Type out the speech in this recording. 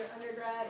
undergrad